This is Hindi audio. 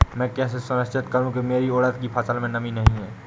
मैं कैसे सुनिश्चित करूँ की मेरी उड़द की फसल में नमी नहीं है?